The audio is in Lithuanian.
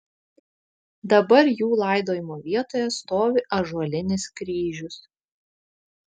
dabar jų laidojimo vietoje stovi ąžuolinis kryžius